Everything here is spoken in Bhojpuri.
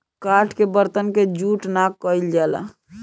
काठ के बरतन के जूठ ना कइल जाला